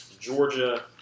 Georgia